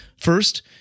First